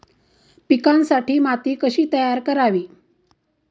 पिकांसाठी माती कशी तयार करावी?